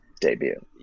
debut